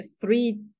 three